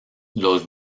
los